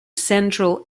central